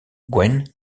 gwen